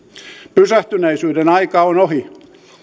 pysähtyneisyyden aika on ohi